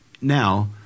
now